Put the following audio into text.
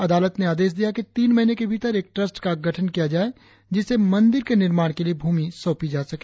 अदालत ने आदेश दिया कि तीन महीने के भीतर एक ट्रस्ट का गठन किया जाए जिसे मंदिर के निर्माण के लिए भूमि सौपी जा सके